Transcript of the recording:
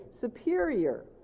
superior